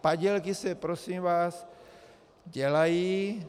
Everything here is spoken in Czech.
Padělky se prosím vás dělají.